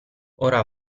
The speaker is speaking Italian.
ora